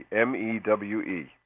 M-E-W-E